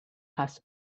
has